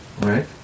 right